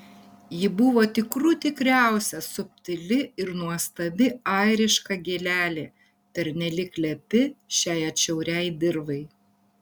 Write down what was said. ji buvo tikrų tikriausia subtili ir nuostabi airiška gėlelė pernelyg lepi šiai atšiauriai dirvai